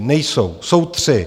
Nejsou, jsou tři.